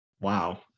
Wow